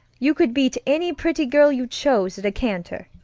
you could beat any pretty girl you chose at a canter.